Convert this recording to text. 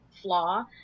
flaw